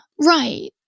right